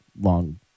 long